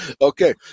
Okay